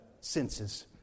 senses